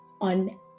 on